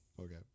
okay